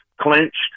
clinched